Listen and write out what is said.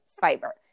fiber